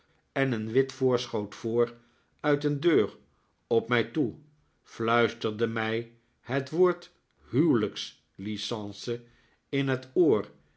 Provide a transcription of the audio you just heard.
en een wit voorschoot voor uit een deur op mij toe fluisterde mij het woord huwelijkslicence in het oor